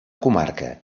comarca